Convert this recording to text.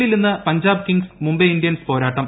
എല്ലിൽ ഇന്ന് Punjab Kings Mumbai Indians പോരാട്ടം